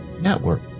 network